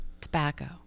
Tobacco